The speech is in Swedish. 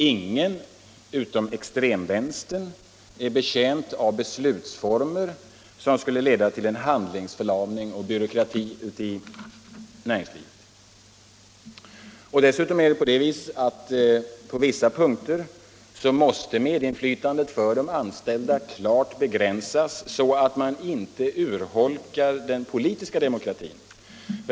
Ingen — utom extremvänstern — är betjänt av beslutsformer som skulle leda till handlingsförlamning och byråkrati i näringslivet. På vissa punkter måste dessutom medinflytandet för de anställda klart begränsas så att man inte urholkar den politiska demokratin.